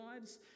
lives